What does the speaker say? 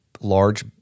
large